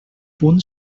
punt